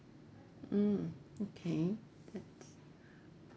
mm okay that